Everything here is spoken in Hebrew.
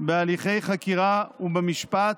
בהליכי חקירה ובמשפט,